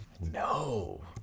No